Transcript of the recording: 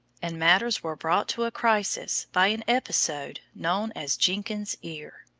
and matters were brought to a crisis by an episode known as jenkins's ear.